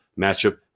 matchup